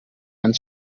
and